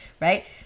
right